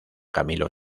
camilo